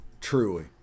truly